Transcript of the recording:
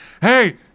hey